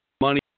Money